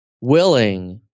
willing